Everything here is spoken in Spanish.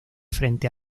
frente